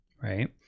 Right